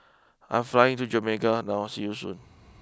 I'm flying to Jamaica now see you Soon